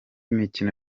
mikino